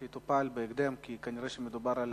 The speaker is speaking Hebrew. כדי שיטופלו בהקדם, כי כנראה באמת מדובר על